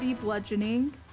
bludgeoning